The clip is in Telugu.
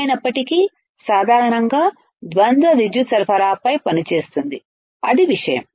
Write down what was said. ఏమైనప్పటికీ సాధారణంగా ద్వంద్వ విద్యుత్ సరఫరాపై పనిచేస్తుంది అది విషయం